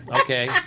Okay